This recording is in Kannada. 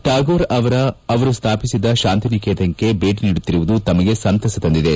ಠಾಗೂರ್ ಅವರ ಸ್ನಾಪಿಸಿದ ಶಾಂತಿನಿಕೇತನಕ್ಕೆ ಭೇಟಿ ನೀಡುತ್ತಿರುವುದು ತಮಗೆ ಸಂತಸ ತಂದಿದೆ